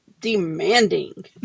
demanding